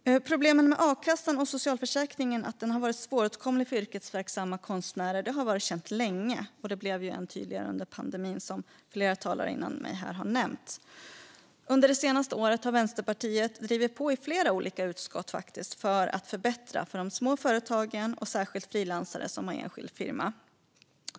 Problemet med att a-kassan och socialförsäkringen har varit svåråtkomliga för yrkesverksamma konstnärer har varit känt länge och blev än tydligare under pandemin, som flera talare före mig här har nämnt. Under det senaste året har Vänsterpartiet drivit på i flera olika utskott för att förbättra för de små företagen och särskilt för de frilansare som har enskild firma.